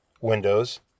windows